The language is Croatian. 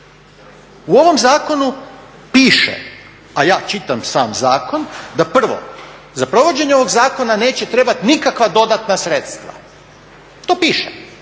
U ovom zakonu piše, a ja čitam sam zakon da prvo, za provođenje ovog zakona neće trebati nikakva dodatna sredstva. To piše.